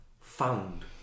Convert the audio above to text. found